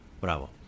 Bravo